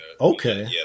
Okay